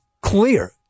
clear